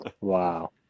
Wow